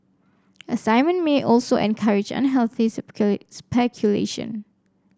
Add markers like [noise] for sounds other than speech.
assignment may also encourage unhealthy [unintelligible] speculation